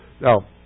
Now